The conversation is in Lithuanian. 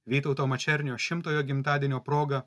vytauto mačernio šimtojo gimtadienio proga